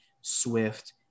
Swift